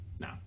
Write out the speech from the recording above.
No